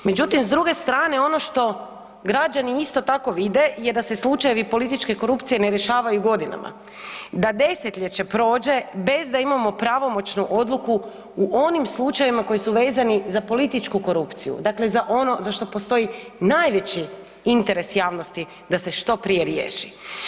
Međutim, s druge strane ono što građani isto tako vide je da se slučajevi političke korupcije ne rješavaju godinama, da desetljeće prođe bez da imamo pravomoćnu odluku u onim slučajevima koji su vezani za političku korupciju, dakle za ono za što postoji najveći interes javnosti da se što prije riješi.